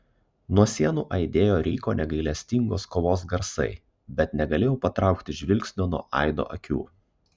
nuo sienų aidėjo ryko negailestingos kovos garsai bet negalėjau patraukti žvilgsnio nuo aido akių